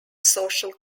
social